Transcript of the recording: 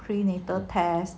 prenatal test